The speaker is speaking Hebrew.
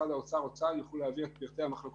משרד האוצר או צה"ל יוכלו להעביר את פרטי המחלוקות